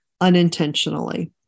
unintentionally